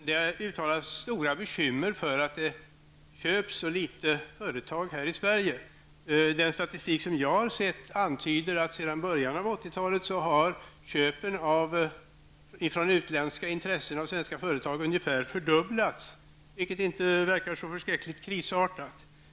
Det uttalas stora bekymmer för att det görs så få utländska förvärv av företag här i Sverige. Den statistik som jag har sett antyder att sedan början av 80-talet har utländska intressenters köp av svenska företag ungefär fördubblats, vilket inte verkar så förskräckligt krisartat.